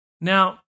now